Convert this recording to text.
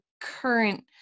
current